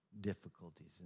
difficulties